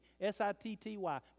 S-I-T-T-Y